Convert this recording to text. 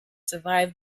survived